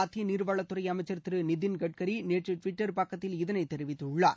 மத்திய நீர்வளத்துறை அமைச்சர் திரு நிதின் கட்கரி நேற்று டுவிட்டர் பக்கத்தில் இதைத் தெரிவித்துள்ளார்